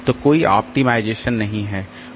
तो कोई ऑप्टिमाइजेशन नहीं है